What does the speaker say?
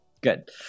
Good